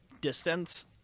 distance